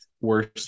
worst